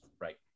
right